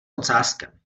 ocáskem